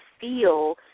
feel